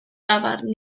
dafarn